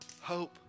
Hope